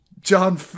John